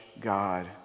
God